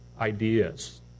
ideas